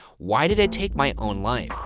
why did i take my own life?